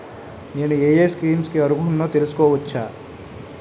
నేను యే యే స్కీమ్స్ కి అర్హుడినో తెలుసుకోవచ్చా?